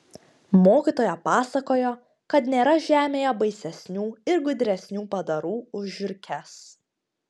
mokytoja pasakojo kad nėra žemėje baisesnių ir gudresnių padarų už žiurkes